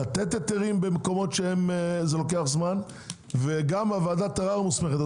לתת היתרים במקומות שזה לוקח זמן וגם ועדת ערר מוסמכת,